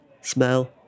smell